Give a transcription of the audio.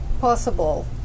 Possible